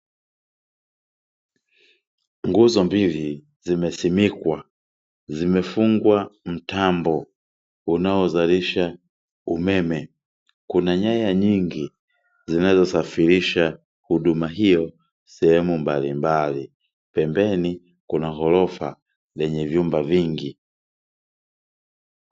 Nguzo mbili zimesimikwa, zimefungwa mtambo unaozalisha umeme, kuna nyaya nyingi zinazosafirisha huduma hiyo sehemu mbalimbali, pembeni kuna ghorofa yenye vyumba vingi.